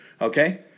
Okay